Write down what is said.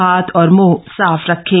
हाथ और मुंह साफ रखें